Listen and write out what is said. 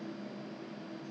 oh okay lah maybe